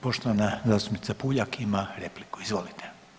Poštovana zastupnica Puljak ima repliku, izvolite.